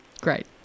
Great